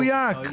מדויק.